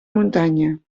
muntanya